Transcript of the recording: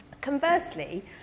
Conversely